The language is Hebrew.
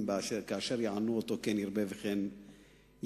ב"כאשר יענו אותו כן ירבה וכן יפרוץ".